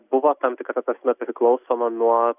buvo tam tikra prasme priklausoma nuo